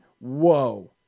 whoa